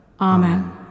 Amen